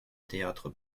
théâtre